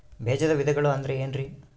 ಬೇಜದ ವಿಧಗಳು ಅಂದ್ರೆ ಏನ್ರಿ?